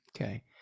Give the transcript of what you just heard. Okay